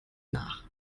nach